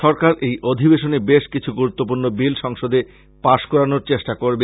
সরকার এই অধিবেশনে বেশকিছু গুরুত্বপূর্ণ বিল সংসদে পাশ করানোর চেষ্টা করবে